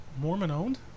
Mormon-owned